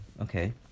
okay